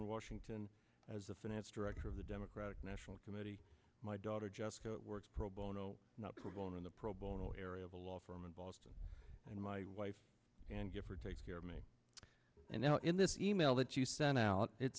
in washington as the finance director of the democratic national committee my daughter just works pro bono no problem in the pro bono area of a law firm in boston and my wife and give her take care of me and now in this e mail that you sent out it